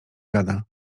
gada